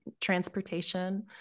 transportation